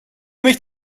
mich